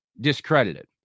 discredited